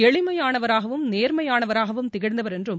எனிமையானவராகவும் நேர்மையானவராகவும் திகழ்ந்தவர் என்றும்